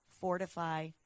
fortify